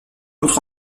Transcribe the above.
autre